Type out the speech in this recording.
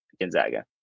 Gonzaga